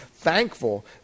thankful